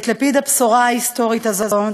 את לפיד הבשורה ההיסטורית הזאת,